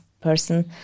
person